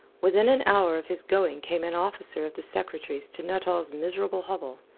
within an hour of his going came an officer of the secretary's to nuttall's miserable hovel.